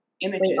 images